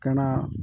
କଣ